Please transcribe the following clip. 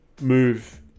move